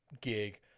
gig